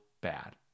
bad